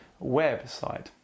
website